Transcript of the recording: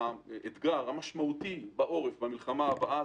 האתגר המשמעותי בעורף במלחמה הבאה,